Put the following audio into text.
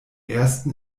ersten